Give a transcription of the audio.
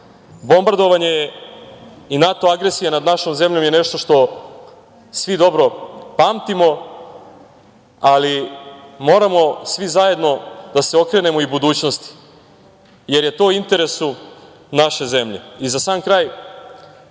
život. Bombardovanje je i NATO agresija nad našom zemljom je nešto što svi dobro pamtimo ali moramo svi zajedno da se okrenemo i budućnosti, jer je to u interesu naše zemlje.Za sam kraj,